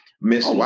Miss